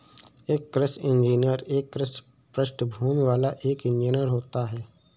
एक कृषि इंजीनियर एक कृषि पृष्ठभूमि वाला एक इंजीनियर होता है